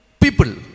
people